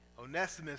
Onesimus